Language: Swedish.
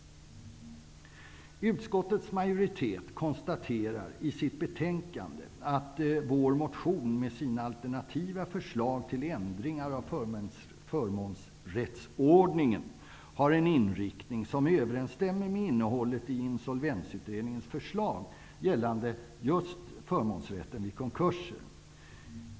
Utskottets majoritet konstaterar i sitt betänkande att vår motion med sina alternativa förslag till ändringar av förmånsrättsordningen har en inriktning som överensstämmer med innehållet i Insolvensutredningens förslag gällande just förmånsrätten vid konkurser.